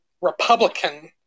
Republican